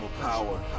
power